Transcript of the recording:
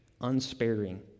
unsparing